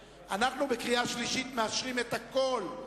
בקריאה שלישית אנחנו מאשרים את הכול,